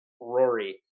Rory